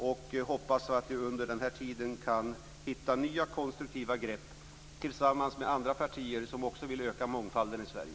Jag hoppas att vi under den tiden kan hitta nya, konstruktiva grepp tillsammans med andra partier som också vill öka mångfalden i Sverige.